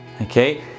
okay